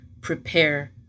prepare